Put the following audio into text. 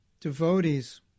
devotees